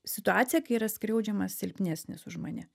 situacija kai yra skriaudžiamas silpnesnis už mane